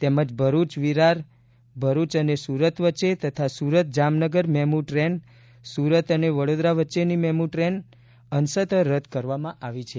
તેમજ ભરૂચ વિરાર ભરૂચ અને સુરત વચ્ચે તથા સુરત જામનગર મેમુ ટ્રેન સુરત અને વડોદરા વચ્ચેની મેમુ ટ્રેઇન અંશત રદ કરવામાં આવી છે